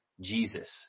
Jesus